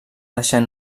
deixar